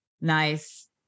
Nice